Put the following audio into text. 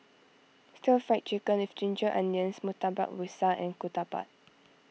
Stir Fried Chicken with Ginger Onions Murtabak Rusa and Ketupat